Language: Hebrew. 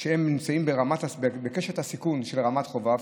שנמצאים בקשת הסיכון של רמת חובב,